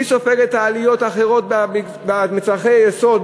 מי סופג את העליות האחרות במצרכי היסוד?